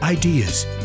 ideas